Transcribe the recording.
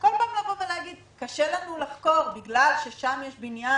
וכל פעם להגיד: קשה לנו לחקור בגלל ששם יש בניין